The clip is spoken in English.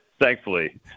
thankfully